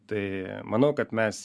tai manau kad mes